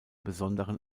besonderen